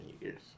years